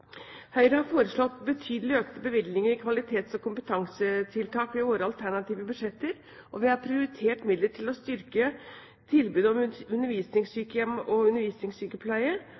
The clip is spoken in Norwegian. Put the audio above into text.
Høyre har foreslått betydelig økte bevilgninger til kvalitets- og kompetansetiltak i våre alternative budsjetter, og vi har prioritert midler til å styrke tilbudet om undervisningssykehjem og undervisningssykepleie.